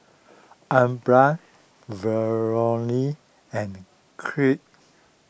Aubra Valorie and